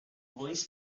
bois